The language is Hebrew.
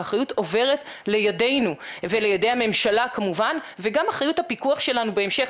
האחריות עוברת לידינו ולידי הממשלה כמובן וגם אחריות הפיקוח שלנו בהמשך,